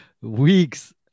weeks